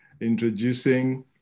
introducing